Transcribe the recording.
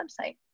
website